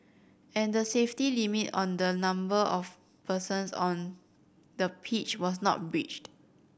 and the safety limit on the number of persons on the pitch was not breached